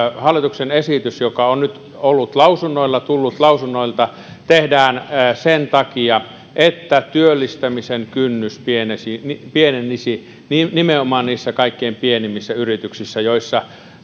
hallituksen esitys joka on nyt ollut lausunnoilla ja tullut lausunnoilta tehdään sen takia että työllistämisen kynnys pienenisi pienenisi nimenomaan niissä kaikkein pienimmissä yrityksissä joissa